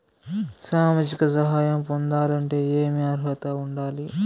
సామాజిక సహాయం పొందాలంటే ఏమి అర్హత ఉండాలి?